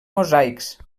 mosaics